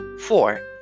Four